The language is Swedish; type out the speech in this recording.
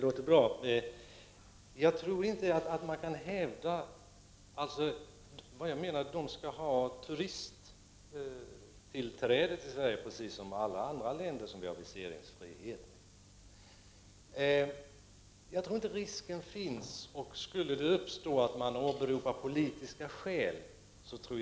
Herr talman! Det låter bra. Jag menar att östtyskarna skall ha turisttillträde till Sverige precis som medborgarna från alla andra länder som vi har avtal om viseringsfrihet med. Jag anser inte att risken finns att de östtyska medborgarna skulle åberopa politiska skäl för att få stanna i Sverige.